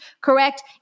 correct